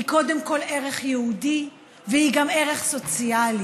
היא קודם כול ערך יהודי, והיא גם ערך סוציאלי.